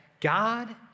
God